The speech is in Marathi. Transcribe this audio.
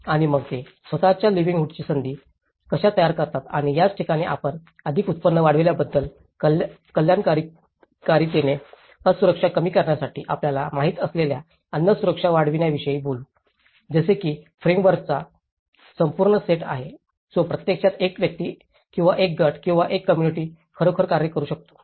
आणि मग ते स्वतःच्या लिवलीहूडच्या संधी कशा तयार करतात आणि याच ठिकाणी आपण अधिक उत्पन्न वाढविल्याबद्दल कल्याणकारीतेने असुरक्षा कमी करण्यासाठी आपल्याला माहित असलेल्या अन्न सुरक्षा वाढविण्याविषयी बोलू जसे की फ्रेमवर्कचा संपूर्ण सेट आहे जो प्रत्यक्षात एक व्यक्ती किंवा एक गट किंवा एक कोम्मुनिटी खरोखर कार्य करू शकतो